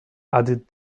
added